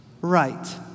right